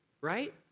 right